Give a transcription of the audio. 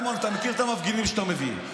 סיימון, אתה מכיר את המפגינים שאתם מביאים.